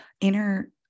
inner